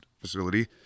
facility